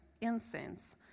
incense